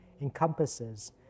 encompasses